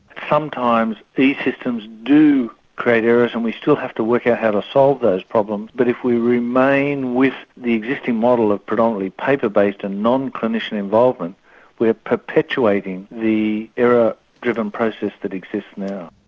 sometimes these systems do create errors and we still have to work out how to solve those problems but if we remain with the existing model of predominately paper based and non-clinician involvement we are perpetuating the error driven process that exists now.